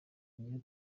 niyo